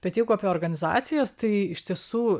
bet jeigu apie organizacijas tai iš tiesų